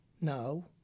No